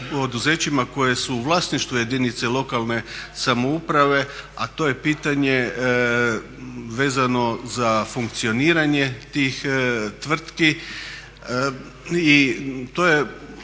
koja su u vlasništvu jedinice lokalne samouprave, a to je pitanje vezano za funkcioniranje tih tvrtki